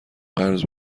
قرض